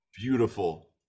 Beautiful